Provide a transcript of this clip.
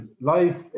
life